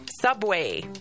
Subway